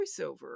voiceover